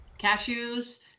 cashews